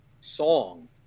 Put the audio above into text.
song